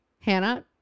Hannah